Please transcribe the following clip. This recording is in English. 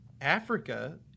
Africa